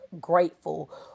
grateful